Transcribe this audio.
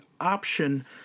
option